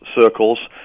circles